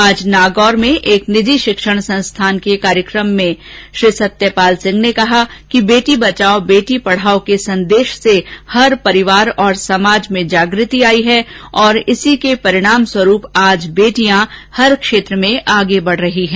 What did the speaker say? आज नागौर में एक निजी शिक्षण संस्थान के कार्यकम में उन्होंने कहा कि बेटी बचाओ बेटी पढाओ के संदेश से हर परिवार समाज में जागृति आई है उसी का परिणाम है कि आज बेटियां हर क्षेत्र में आगे बढ रही है